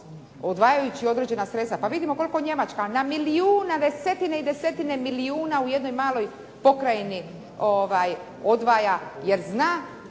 odvajajući određena sredstva. Pa vidimo koliko Njemačka na milijune, desetine i desetine milijuna u jednoj maloj pokrajini odvaja jer zna